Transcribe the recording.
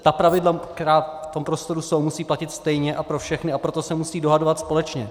Ta pravidla, která v prostoru jsou, musí platit stejně a pro všechny, a proto se musí dohadovat společně.